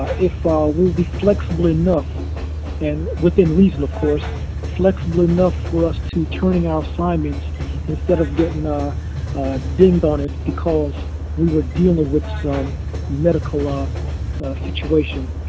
if they will be flexible enough and within reason, of course flexible enough for us to turn in our assignments instead of getting ah dinged on it because we were dealing with some medical ah situation.